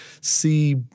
see